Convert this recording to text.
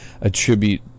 attribute